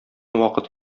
вакыт